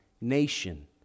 nation